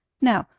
now,